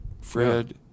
Fred